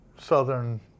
southern